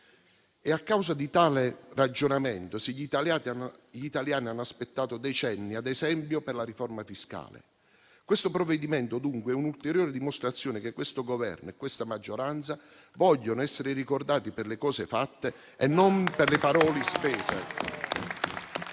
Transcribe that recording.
È a causa di tale ragionamento se gli italiani hanno aspettato decenni, ad esempio, per la riforma fiscale. Questo provvedimento, dunque, è un'ulteriore dimostrazione che questo Governo e questa maggioranza vogliono essere ricordati per le cose fatte e non per le parole spese.